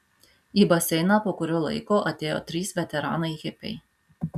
į baseiną po kurio laiko atėjo trys veteranai hipiai